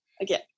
Again